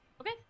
Okay